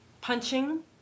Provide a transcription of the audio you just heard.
Punching